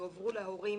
יועברו להורים,